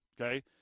okay